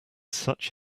such